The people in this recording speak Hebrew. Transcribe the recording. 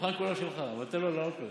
הדוכן כולו שלך, אבל תן לו לעלות קודם.